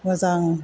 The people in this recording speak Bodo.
मोजां